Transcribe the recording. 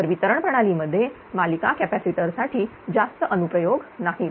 तर वितरण प्रणाली मध्ये मालिका कॅपॅसिटर साठी जास्त अनुप्रयोग नाहीत